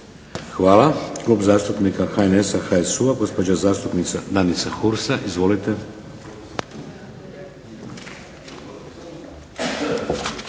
Hvala. Klub zastupnika HNS-HSU-a, gospođa zastupnica Danica Hursa. Izvolite. **Hursa,